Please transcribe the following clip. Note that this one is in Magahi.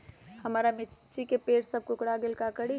हमारा मिर्ची के पेड़ सब कोकरा गेल का करी?